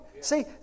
See